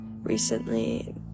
recently